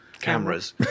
cameras